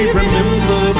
remember